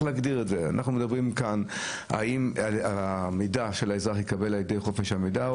האם המידע יגיע לאזרח דרך חופש המידע,